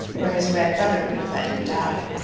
where his red brother would have let him die.